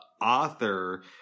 author